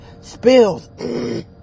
spills